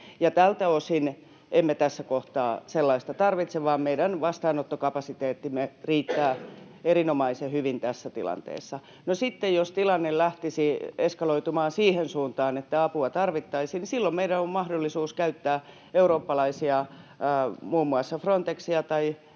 Tältä osin emme tässä kohtaa sellaista tarvitse, vaan meidän vastaanottokapasiteettimme riittää erinomaisen hyvin tässä tilanteessa. No sitten jos tilanne lähtisi eskaloitumaan siihen suuntaan, että apua tarvittaisiin, niin silloin meidän on mahdollisuus käyttää apuna eurooppalaisia, muun muassa Frontexia tai